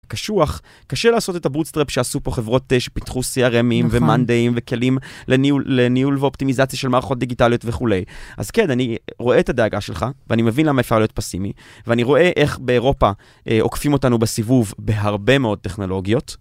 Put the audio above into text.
קשוח, קשה לעשות את הברוטסטרפ שעשו פה חברות תש, פיתחו CRMים ומנדאים וכלים לניהול ואופטימיזציה של מערכות דיגיטליות וכולי. אז כן, אני רואה את הדאגה שלך, ואני מבין למה אפשר להיות פסימי, ואני רואה איך באירופה עוקפים אותנו בסיבוב בהרבה מאוד טכנולוגיות.